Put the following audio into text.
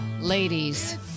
ladies